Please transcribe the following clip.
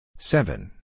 Seven